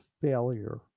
failure